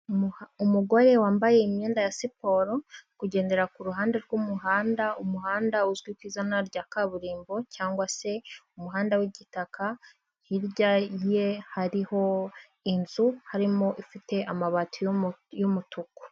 Umugore wambaye imyenda ya siporo, kugendera kuruhande rw'umuhanda, umuhanda uzwi ku izina rya kaburimbo cyangwa se umuhanda wigitaka, hirya ye hariho inzu harimo ifite amabati y'umutuku.